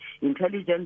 intelligence